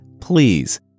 Please